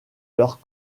leurs